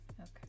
Okay